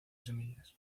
semillas